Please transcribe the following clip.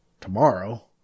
tomorrow